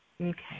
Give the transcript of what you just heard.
Okay